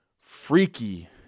freaky